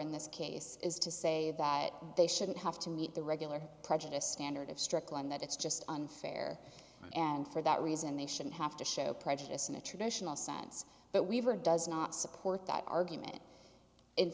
in this case is to say that they shouldn't have to meet the regular prejudiced standard of strickland that it's just unfair and for that reason they shouldn't have to show prejudice in a traditional sense but we've heard does not support that argument in